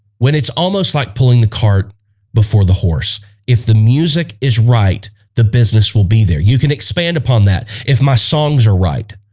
when it's almost like pulling the cart before the horse if the music is right the business will be there you can expand upon that if my songs are right.